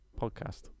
Podcast